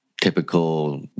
typical